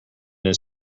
his